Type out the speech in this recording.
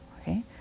okay